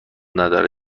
نداره